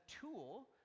tool